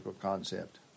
concept